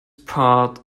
part